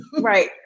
right